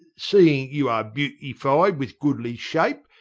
seeing you are beautified with goodly shape,